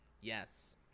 Yes